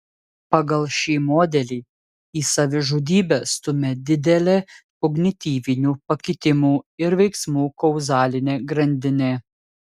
pagal šį modelį į savižudybę stumia didelė kognityvinių pakitimų ir veiksmų kauzalinė grandinė